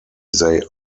they